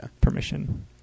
permission